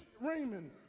Raymond